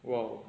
!wow!